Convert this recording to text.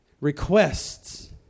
requests